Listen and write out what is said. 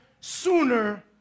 sooner